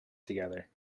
together